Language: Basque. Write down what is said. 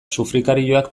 sufrikarioak